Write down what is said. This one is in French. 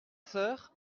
sœur